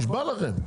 נשבע לכם,